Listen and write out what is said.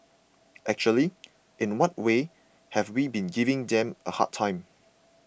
actually in what way have we been giving them a hard time